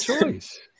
choice